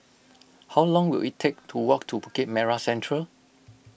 how long will it take to walk to Bukit Merah Central